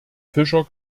fischer